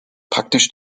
praktisch